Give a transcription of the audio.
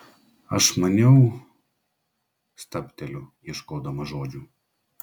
aš maniau stabteliu ieškodama žodžių